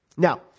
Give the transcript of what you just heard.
Now